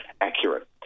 accurate